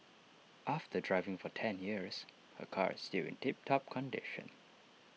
after driving for ten years her car is still in tip top condition